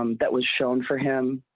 um that was shown for him.